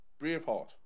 Braveheart